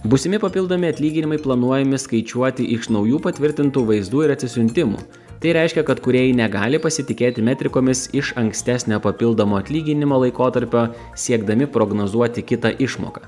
būsimi papildomi atlyginimai planuojami skaičiuoti iš naujų patvirtintų vaizdų ir atsisiuntimų tai reiškia kad kūrėjai negali pasitikėti metrikomis iš ankstesnio papildomo atlyginimo laikotarpio siekdami prognozuoti kitą išmoką